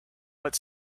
but